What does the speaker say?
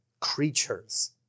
creatures